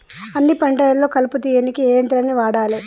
అన్ని పంటలలో కలుపు తీయనీకి ఏ యంత్రాన్ని వాడాలే?